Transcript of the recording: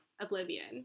Oblivion